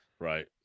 Right